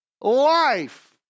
life